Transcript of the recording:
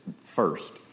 first